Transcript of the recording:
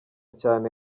cyane